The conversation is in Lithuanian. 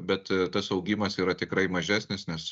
bet tas augimas yra tikrai mažesnis nes